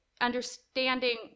understanding